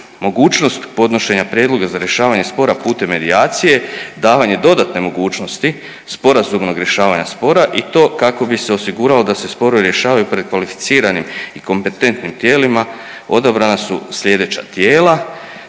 Mogućnost podnošenja prijedloga za rješavanje spora putem medijacije dala nam je dodatne mogućnosti sporazumnog rješavanja spora i to kako bi se osiguralo da se sporovi rješavaju pred kvalificiranim i kompetentnim tijelima odabrana su slijedeća tijela,